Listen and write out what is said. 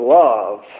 love